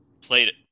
played